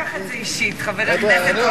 אל תיקח את זה אישית, חבר הכנסת רותם.